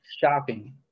shopping